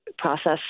Process